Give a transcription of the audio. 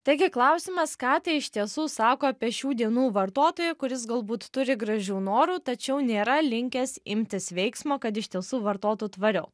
taigi klausimas ką tai iš tiesų sako apie šių dienų vartotoją kuris galbūt turi gražių norų tačiau nėra linkęs imtis veiksmo kad iš tiesų vartotų tvariau